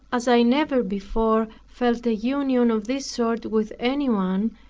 as i never before felt a union of this sort with any one,